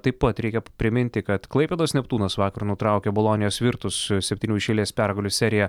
taip pat reikia priminti kad klaipėdos neptūnas vakar nutraukė bolonijos virtus septynių iš eilės pergalių seriją